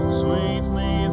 sweetly